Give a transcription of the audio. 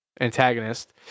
antagonist